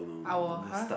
I will !huh!